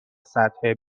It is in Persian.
سطح